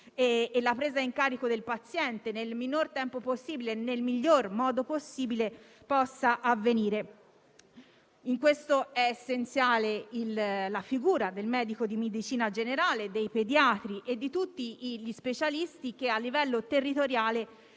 e la presa in carico del paziente possano avvenire nel minor tempo possibile e nel miglior modo possibile. In questo è essenziale la figura del medico di medicina generale, dei pediatri e di tutti gli specialisti che a livello territoriale